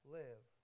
live